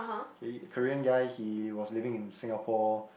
okay Korean guy he was living in Singapore